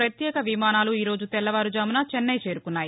ప్రత్యేక విమానాలు ఈరోజు తెల్లవారుజామున చెన్నై చేరుకున్నాయి